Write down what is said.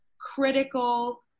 critical